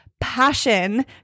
passion